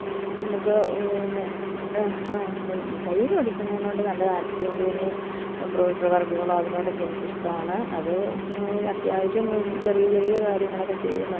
നമുക്ക് പിന്നെ തയ്യല് പഠിക്കുന്നതിനോട് നല്ല താല്പര്യമുണ്ട് പിന്നെ എമ്പ്രോയ്ഡറി വർക്കുകളോ അതിനോടൊക്കെ എനിക്കിഷ്ടമാണ് അത് അത്യാവശ്യം ചെറിയ ചെറിയ കാര്യങ്ങളൊക്കെ ചെയ്യുന്നുണ്ട്